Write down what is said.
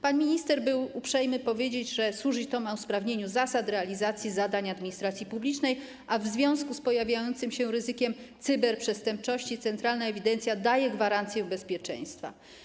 Pan minister był uprzejmy powiedzieć, że ma to służyć usprawnieniu zasad realizacji zadań administracji publicznej, a w związku z pojawiającym się ryzykiem cyberprzestępczości centralna ewidencja daje gwarancję bezpieczeństwa.